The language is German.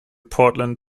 portland